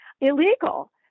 illegal